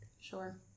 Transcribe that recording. Sure